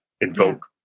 invoke